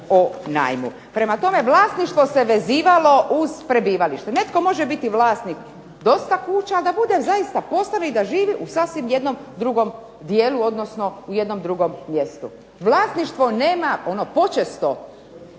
o najmu. Prema tome, vlasništvo se vezivalo uz prebivalište. Netko može biti vlasnik dosta kuća ali da bude zaista .../Govornik se ne razumije./... i da živi u sasvim jednom drugom dijelu, odnosno u jednom drugom mjestu. Vlasništvo nema, ono počesto